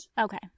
okay